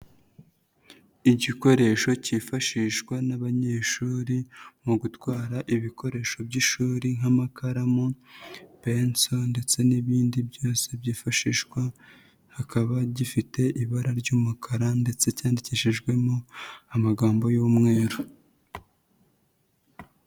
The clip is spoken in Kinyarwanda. Igikoresho kifashishwa n'abanyeshuri mu gutwara ibikoresho by'ishuri nk'amakaramu, penso ndetse n'ibindi byose byifashishwa, hakaba gifite ibara ry'umukara ndetse cyandikishijwemo amagambo y'umweru.